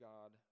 God